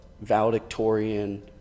valedictorian